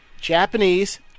Japanese